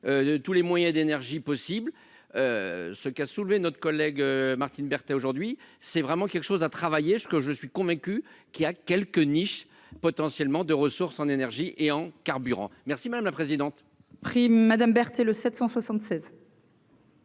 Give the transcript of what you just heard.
tous les moyens d'énergie possible ce qu'a soulevé notre collègue Martine Berthet aujourd'hui c'est vraiment quelque chose à travailler, ce que je suis convaincu qu'il y a quelques niches potentiellement de ressources en énergie et en carburant, merci madame la présidente. Prime madame Berthe et le 776.